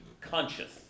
conscious